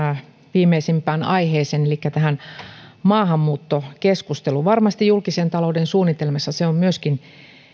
viimeisimpään aiheeseen elikkä tähän maahanmuuttokeskusteluun varmasti julkisen talouden suunnitelmassa se on myöskin